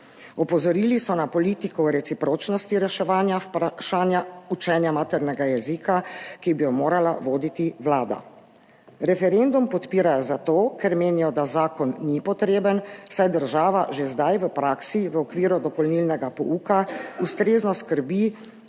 Opozorili so na politiko recipročnosti reševanja vprašanja učenja maternega jezika, ki bi jo morala voditi vlada. Referendum podpirajo zato, ker menijo, da zakon ni potreben, saj država že zdaj v praksi v okviru dopolnilnega pouka ustrezno skrbi